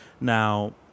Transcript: Now